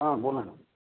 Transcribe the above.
हा बोला ना